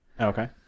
Okay